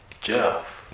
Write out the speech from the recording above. Jeff